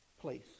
place